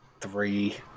three